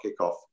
kickoff